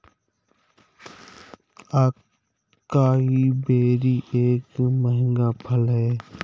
acai berry एक महंगा फल है